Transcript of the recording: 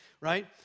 right